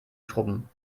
schrubben